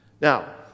Now